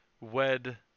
wed